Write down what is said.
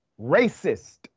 racist